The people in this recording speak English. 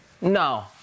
No